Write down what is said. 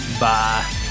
Bye